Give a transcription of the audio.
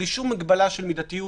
בלי שום מגבלה של מידתיות,